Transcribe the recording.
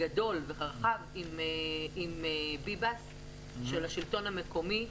גדול ורחב עם ביבס של השלטון המקומי.